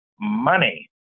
money